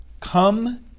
Come